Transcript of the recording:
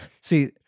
See